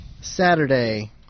Saturday